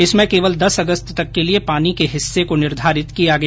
इसमें केवल दस अगस्त तक के लिये पानी के हिस्से को निर्धारित किया गया